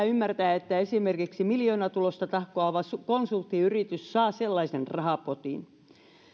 ymmärtää että esimerkiksi miljoonatulosta tahkoava konsulttiyritys saa sellaisen rahapotin